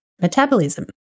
metabolism